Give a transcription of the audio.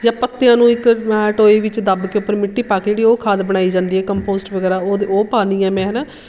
ਜਾਂ ਪੱਤਿਆਂ ਨੂੰ ਇੱਕ ਟੋਏ ਵਿੱਚ ਦੱਬ ਕੇ ਉੱਪਰ ਮਿੱਟੀ ਪਾ ਕੇ ਜਿਹੜੀ ਉਹ ਖਾਦ ਬਣਾਈ ਜਾਂਦੀ ਹੈ ਕੰਪੋਸਟ ਵਗੈਰਾ ਉਹ ਪਾਉਂਦੀ ਆ ਮੈਂ ਹੈ ਨਾ